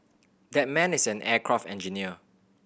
that man is an aircraft engineer